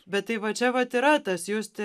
bet tai va čia vat yra tas justi